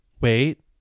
Wait